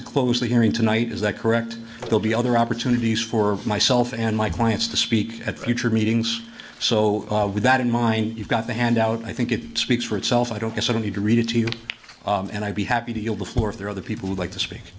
to close the hearing tonight is that correct it will be other opportunities for myself and my clients to speak at future meetings so with that in mind you've got to hand out i think it speaks for itself i don't guess i don't need to read it to you and i'd be happy to yield the floor if there are other people would like to speak